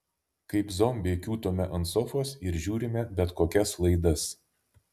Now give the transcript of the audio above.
kaip zombiai kiūtome ant sofos ir žiūrime bet kokias laidas